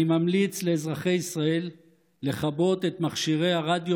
אני ממליץ לאזרחי ישראל לכבות את מכשירי הרדיו